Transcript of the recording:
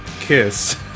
Kiss